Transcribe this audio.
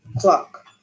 clock